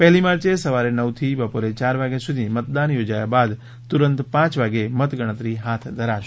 પહેલી માર્ચે સવારે નવથી બપોરે યાર વાગ્યા સુધી મતદાન યોજાયા બાદ તુરંત પાંચ વાગે મત ગણતરી હાથ ધરાશે